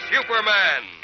Superman